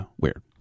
weird